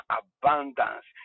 abundance